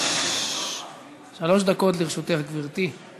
שלוש דקות לרשותך, גברתי.